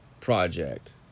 project